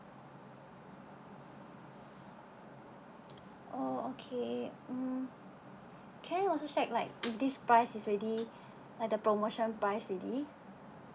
oh okay mm can I also check like is this price is already the promotion price already